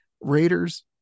raiders